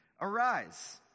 Arise